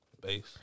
bass